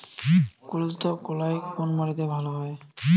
কুলত্থ কলাই কোন মাটিতে ভালো হয়?